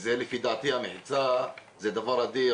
לדעתי המחיצה זה דבר אדיר,